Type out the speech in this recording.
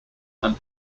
and